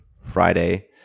Friday